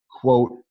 quote